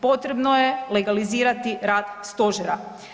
Potrebno je legalizirati rad Stožera.